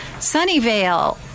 Sunnyvale